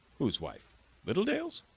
whose wife littledale's?